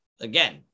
again